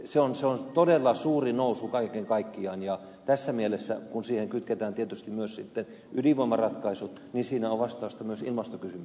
se on todella suuri nousu kaiken kaikkiaan ja tässä mielessä kun siihen kytketään tietysti myös sitten ydinvoimaratkaisut niin siinä on vastausta myös ilmastokysymykseen